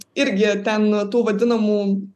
irgi ten tų vadinamų